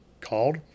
called